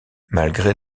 malgré